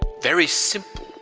very simple.